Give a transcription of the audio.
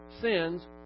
sins